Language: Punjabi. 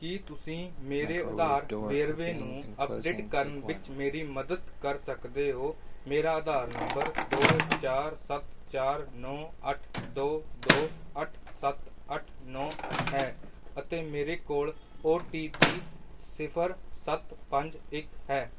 ਕੀ ਤੁਸੀਂ ਮੇਰੇ ਆਧਾਰ ਵੇਰਵੇ ਨੂੰ ਅੱਪਡੇਟ ਕਰਨ ਵਿੱਚ ਮੇਰੀ ਮਦਦ ਕਰ ਸਕਦੇ ਹੋ ਮੇਰਾ ਆਧਾਰ ਨੰਬਰ ਦੋ ਚਾਰ ਸੱਤ ਚਾਰ ਨੌ ਅੱਠ ਦੋ ਦੋ ਅੱਠ ਸੱਤ ਅੱਠ ਨੌ ਹੈ ਅਤੇ ਮੇਰੇ ਕੋਲ ਓ ਟੀ ਪੀ ਸਿਫ਼ਰ ਸੱਤ ਪੰਜ ਇੱਕ ਹੈ